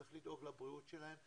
צריך לדאוג לבריאות שלהם,